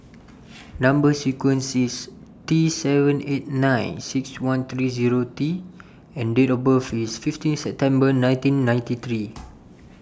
Number sequence IS T seven eight nine six one three Zero T and Date of birth IS fifteen September nineteen ninety three